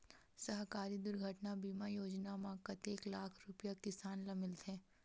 सहकारी दुर्घटना बीमा योजना म कतेक लाख रुपिया किसान ल मिलथे?